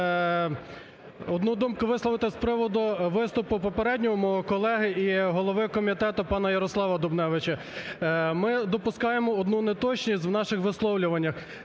одну думку висловити з приводу виступу попереднього мого колеги і голови комітету пана Ярослава Дубневича. Ми допускаємо одну неточність в наших висловлюваннях.